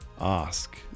ask